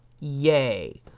yay